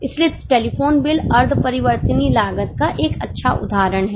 इसलिए telephone bill अर्ध परिवर्तनीय लागत का एक अच्छा उदाहरण है